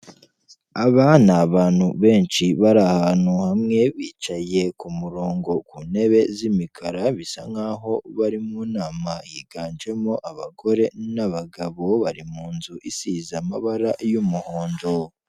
Abana ni abantu benshi bari ahantu hamwe bicaye ku murongo ku ntebe z'imikara, bisa nkaho bari mu nama, higanjemo abagore n'abagabo bari mu nzu isize amabara y'umuhondo.